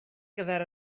gyfer